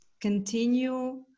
continue